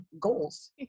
goals